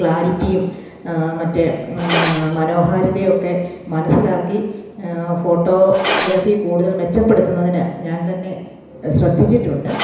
ക്ലാരിറ്റിയും മറ്റേ മനോഹാരിതയുമൊക്കെ മനസ്സിലാക്കി ഫോട്ടോഗ്രാഫി കൂടുതൽ മെച്ചപ്പെടുത്തുന്നതിന് ഞാൻ തന്നെ ശ്രദ്ധിച്ചിട്ടുണ്ട്